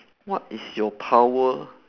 what is your power